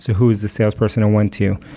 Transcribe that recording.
so who is the salesperson i went to?